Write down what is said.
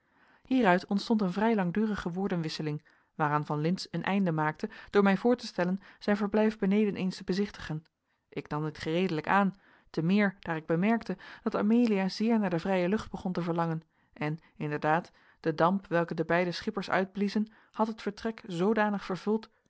hieruit ontstond een vrij langdurige woordenwisseling waaraan van lintz een einde maakte door mij voor te stellen zijn verblijf beneden eens te bezichtigen ik nam dit gereedelijk aan te meer daar ik bemerkte dat amelia zeer naar de vrije lucht begon te verlangen en inderdaad de damp welke de beide schippers uitbliezen had het vertrek zoodanig vervuld